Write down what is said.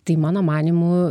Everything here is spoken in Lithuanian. tai mano manymu